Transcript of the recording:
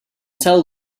tell